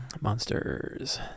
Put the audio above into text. Monsters